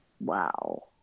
Wow